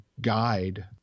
guide